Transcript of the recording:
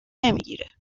نمیگیره